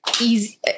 easy